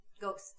ghost